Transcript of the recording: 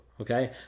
Okay